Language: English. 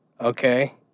Okay